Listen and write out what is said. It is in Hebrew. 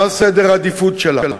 מהו סדר העדיפויות שלה.